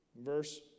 Verse